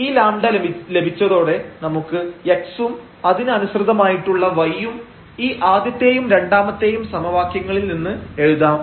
ഈ λ ലഭിച്ചതോടെ നമുക്ക് x ഉം അതിനു അനുസൃതമായിട്ടുള്ള y ഉം ഈ ആദ്യത്തെയും രണ്ടാമത്തെയും സമവാക്യങ്ങളിൽനിന്ന് എഴുതാം